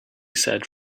said